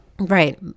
Right